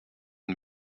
une